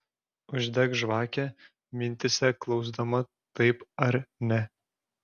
uždek žvakę mintyse klausdama taip ar ne